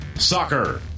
Soccer